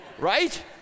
Right